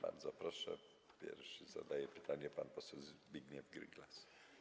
Bardzo proszę, pierwszy zadaje pytanie pan poseł Zbigniew Gryglas.